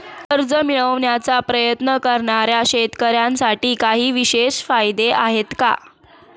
कर्ज मिळवण्याचा प्रयत्न करणाऱ्या शेतकऱ्यांसाठी काही विशेष फायदे आहेत का?